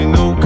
no